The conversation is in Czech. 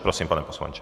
Prosím, pane poslanče.